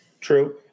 true